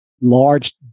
large